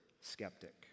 skeptic